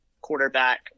quarterback